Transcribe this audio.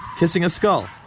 kissing a skull,